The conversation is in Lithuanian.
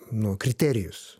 nu kriterijus